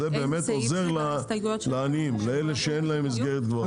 זה באמת עוזר לעניים, לאלה שאין להם מסגרת גבוהה.